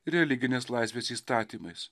religinės laisvės įstatymais